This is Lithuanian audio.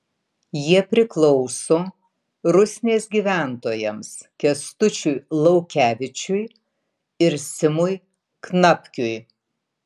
jie priklauso rusnės gyventojams kęstučiui laukevičiui ir simui knapkiui